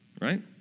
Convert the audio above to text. Right